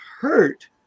hurt